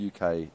UK